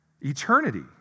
Eternity